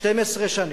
12 שנים,